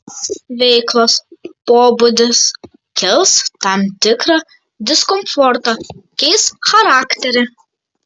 veiklos pobūdis kels tam tikrą diskomfortą keis charakterį